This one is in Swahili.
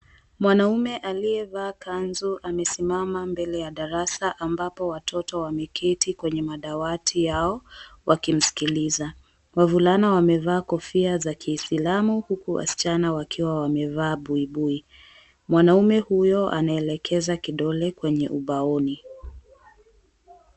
Mwanaume aliyevaa kanzu amesimama mbele ya darasa ambapo watoto wameketi kwenye madawati yao wakimsikiliza. Wavulana wamevaa kofia za kislamu huku wasichana wakiwa wamevaa buibui. Mwanaume huyo anaelekeza kidole kwenye ubaoni.